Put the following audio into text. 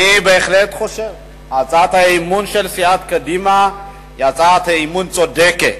אני בהחלט חושב שהצעת האי-אמון של סיעת קדימה היא הצעת אי-אמון צודקת.